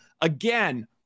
Again